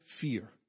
fear